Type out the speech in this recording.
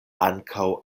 ankaŭ